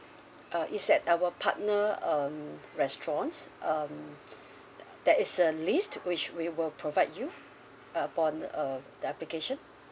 uh it's at our partner um restaurants um there is a list which we will provide you upon uh the application